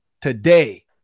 today